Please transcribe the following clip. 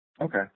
Okay